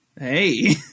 Hey